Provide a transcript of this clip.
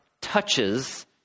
touches